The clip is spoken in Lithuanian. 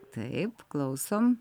taip klausom